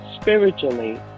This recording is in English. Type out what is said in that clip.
spiritually